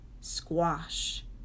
Squash